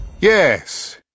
Yes